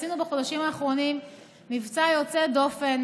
עשינו בחודשים האחרונים מבצע יוצא דופן.